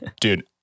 Dude